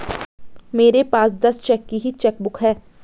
मेरे पास दस चेक की ही चेकबुक है